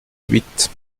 huit